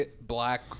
black